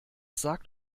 sagt